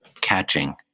catching